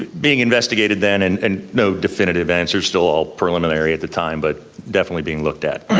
being investigated then, and and no definitive answer, still all preliminary at the time, but definitely being look at.